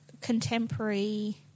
contemporary